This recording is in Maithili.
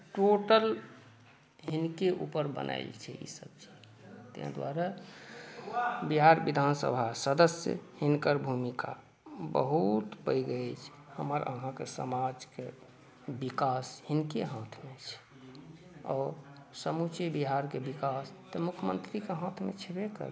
टोटल हिनके ऊपर बनायल छै ई सभ चीज ताहि दुआरे बिहार विधान सभ सदस्य हुनकर भूमिका बहुत पैघ अछि हमर अहाँके समाजके विकास हिनके हाथमे छै आओर समूचे बिहारक विकास तऽ मुख्यमंत्रीके हाथमे छबे करै